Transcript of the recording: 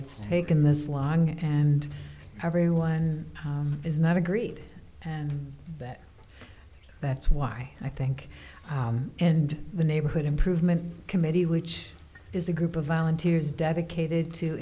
it's taken this long and everyone is not agreed and that that's why i think and the neighborhood improvement committee which is a group of volunteers dedicated to